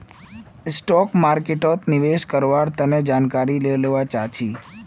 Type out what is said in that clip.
stock मार्केटोत निवेश कारवार तने जानकारी ले लुआ चाछी